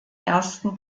ersten